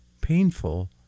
painful